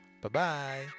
Bye-bye